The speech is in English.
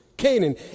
Canaan